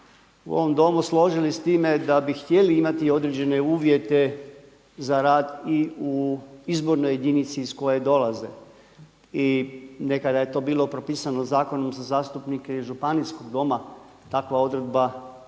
u ovom Domu složili s time da bi htjeli imati određene uvjete za rad i u izbornoj jedinici iz koje dolaze. I nekada je to bilo propisano Zakonom za zastupnike iz Županijskog doma, takva odredba